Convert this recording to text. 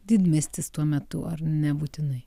didmiestis tuo metu ar nebūtinai